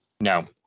No